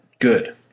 Good